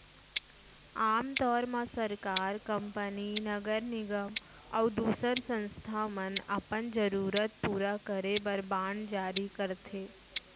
आम तौर म सरकार, कंपनी, नगर निगम अउ दूसर संस्था मन अपन जरूरत पूरा करे बर बांड जारी करथे